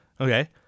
okay